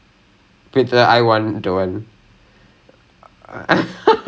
just read I I want don't want and I'm like I'm like